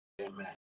Amen